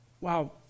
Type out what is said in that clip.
wow